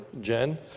Jen